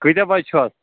کأتیٛاہ بچہٕ چھِ حظ